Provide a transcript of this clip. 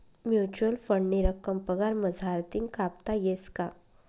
Mutual फंडनी रक्कम पगार मझारतीन कापता येस का?